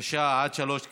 נראה לי שיש עוד דוברים,